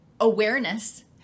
awareness